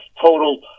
total